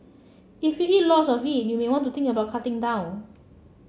if you eat lots of it you may want to think about cutting down